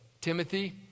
Timothy